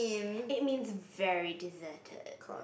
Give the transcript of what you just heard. it means very deserted